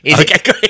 Okay